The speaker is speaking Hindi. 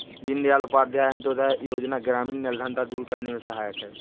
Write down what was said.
दीनदयाल उपाध्याय अंतोदय योजना ग्रामीण निर्धनता दूर करने में सहायक है